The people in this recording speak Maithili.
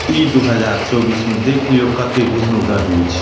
ई दू हजार चौबीस मे देखि लियौ कतेक भीष्म गरमी छै